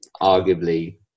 arguably